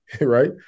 right